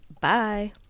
Bye